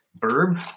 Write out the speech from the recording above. Verb